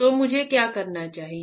तो मुझे क्या करना चाहिए